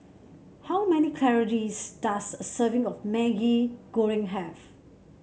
how many calories does a serving of Maggi Goreng have